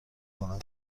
کنم